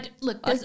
Look